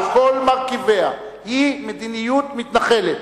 על כל מרכיביה, היא מדיניות מתנחלת.